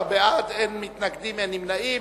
13 בעד, אין מתנגדים, אין נמנעים.